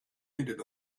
entered